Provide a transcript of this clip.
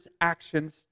actions